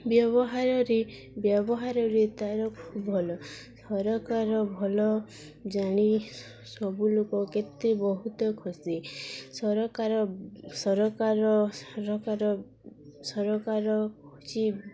ବ୍ୟବହାରରେ ବ୍ୟବହାରରେ ତାର ଖୁବ୍ ଭଲ ସରକାର ଭଲ ଜାଣି ସବୁ ଲୋକ କେତେ ବହୁତ ଖୁସି ସରକାର ସରକାର ସରକାର ସରକାର ହେଉଛି